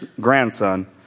grandson